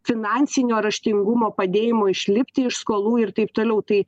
finansinio raštingumo padėjimo išlipti iš skolų ir taip toliau tai